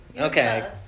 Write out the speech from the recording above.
okay